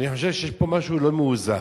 אני חושב שיש פה משהו לא מאוזן,